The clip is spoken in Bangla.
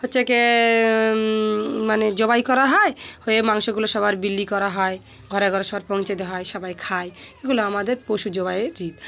হচ্ছে ক মানে জবাই করা হয় হয়ে মাংসগুলো সবার বিলি করা হয় ঘরে ঘরে সবার পৌঁছে দেওয়া হয় সবাই খায় এগুলো আমাদের পশু জবাইয়ের রীতি